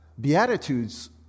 Beatitudes